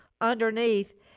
underneath